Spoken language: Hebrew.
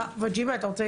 מה זה